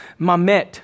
Mamet